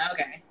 Okay